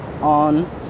on